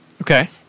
Okay